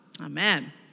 Amen